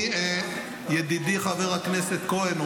ידידי חבר הכנסת כהן,